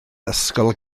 ysgol